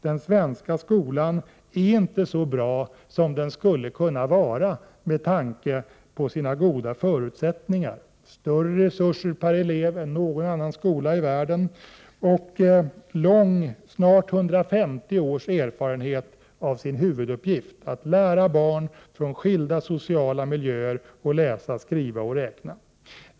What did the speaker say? Den svenska skolan är inte så bra som den skulle kunna vara med tanke på sina goda förutsättningar — större resurser per elev än något annat skolsystem i världen och snart 150 års erfarenhet av sin huvuduppgift, att lära svenska barn från skilda sociala miljöer att läsa, skriva och räkna.